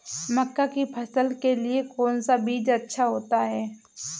मक्का की फसल के लिए कौन सा बीज अच्छा होता है?